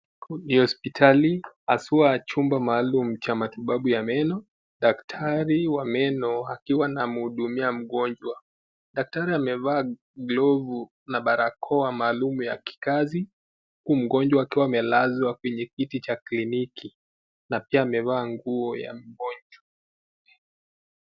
Kwenye hospitali, haswa chumba maalum cha matibabu ya meno, daktari wa meno akiwa anamhudumia mgonjwa. Daktari amevaa glovu na barakoa maalum ya kikazi huku mgonjwa akiwa amelazwa kwenye kiti cha kliniki na pia amevaa nguo ya mgonjwa.